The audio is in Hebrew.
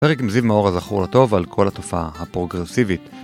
פרק עם זיו מאור הזכור לטוב על כל התופעה הפרוגרסיבית